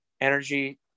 energy